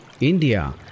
India